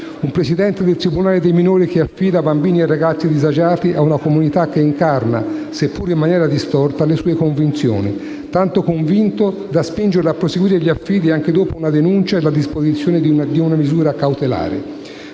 un presidente del tribunale dei minori che affida bambini e ragazzi disagiati a una comunità che incarna - seppur in maniera distorta - le sue convinzioni, tanto da spingerlo a proseguire gli affidi anche dopo una denuncia e la disposizione di una misura cautelare.